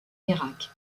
irak